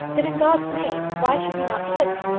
then, in god's name, why should we not kiss?